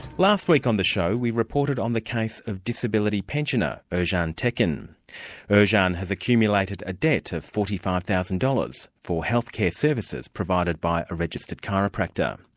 last week on the show we reported on the case of disability pensioner ah yeah ercan tekin. ercan has accumulated a debt of forty five thousand dollars for healthcare services provided by a registered chiropractor.